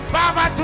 Baba